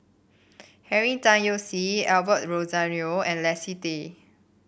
Henry Tan Yoke See Osbert Rozario and Leslie Tay